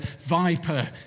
viper